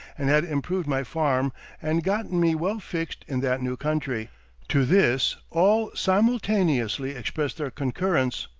and had improved my farm and gotten me well fixed in that new country to this all simultaneously expressed their concurrence,